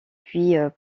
puis